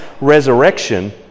resurrection